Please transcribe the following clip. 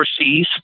overseas